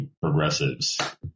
Progressives